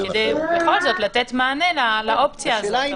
כדי בכל זאת לתת מענה לאופציה הזאת.